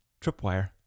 tripwire